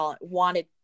wanted